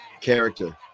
character